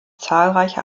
zahlreiche